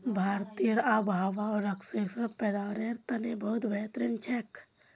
भारतेर आबोहवा स्क्वैशेर पैदावारेर तने बहुत बेहतरीन छेक